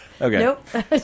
okay